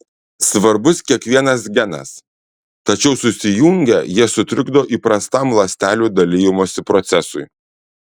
svarbus kiekvienas genas tačiau susijungę jie sutrikdo įprastam ląstelių dalijimosi procesui